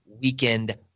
weekend